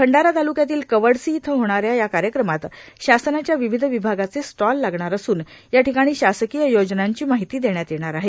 भंडारा ताल्क्यातील कवडसी इथं होणाऱ्या या कार्यक्रमात शासनाच्या विविध विभागाचे स्टॉल लागणार असून या ठिकाणी शासकीय योजनांची माहिती देण्यात येणार आहे